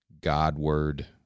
God-word